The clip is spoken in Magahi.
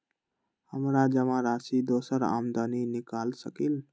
हमरा जमा राशि दोसर आदमी निकाल सकील?